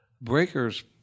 Breakers